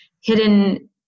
hidden